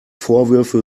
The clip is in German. vorwürfe